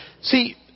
see